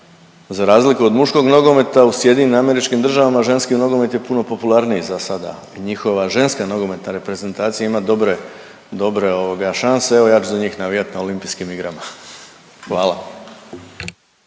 za razliku od muškog nogometa u SAD-u ženski nogomet je puno popularniji zasada, njihova ženska nogometna reprezentacija ima dobre, dobre ovoga šanse, evo ja ću za njih navijat na olimpijskim igrama, hvala.